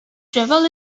travel